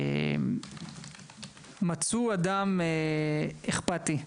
מצאו אדם אכפתי.